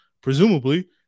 presumably